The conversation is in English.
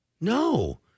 No